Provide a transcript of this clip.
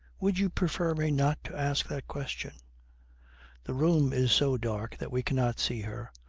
would you prefer me not to ask that question the room is so dark that we cannot see her.